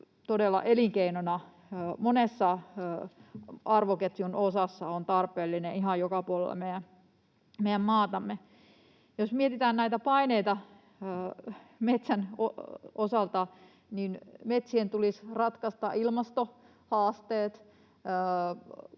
todella elinkeinona monessa arvoketjun osassa on tarpeellinen ihan joka puolella meidän maatamme. Jos mietitään näitä paineita metsän osalta, niin metsien tulisi ratkaista ilmastohaasteet,